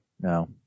No